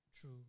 true